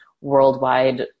worldwide